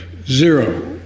zero